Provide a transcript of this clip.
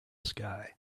sky